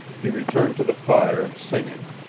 he returned to the fire, singing.